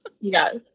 yes